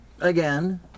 Again